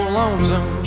lonesome